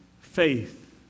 faith